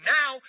now